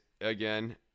again